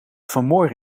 vanmorgen